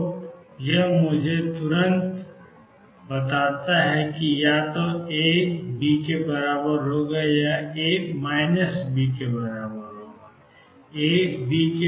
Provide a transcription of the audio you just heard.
तो यह मुझे तुरंत बताता है कि या तो ए बी या ए बी